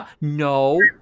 no